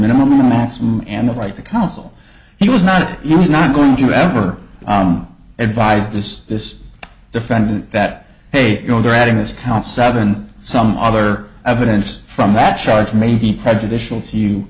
maximum and the right to counsel he was not easy not going to ever advise this this defendant that hey you know they're adding this count seven some other evidence from that charge may be prejudicial